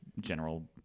general